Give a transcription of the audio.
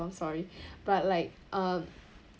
oh sorry but like um